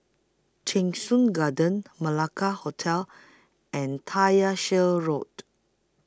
Cheng Soon Garden Malacca Hotel and Tyersall Road